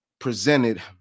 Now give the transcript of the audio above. presented